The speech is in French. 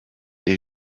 est